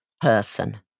person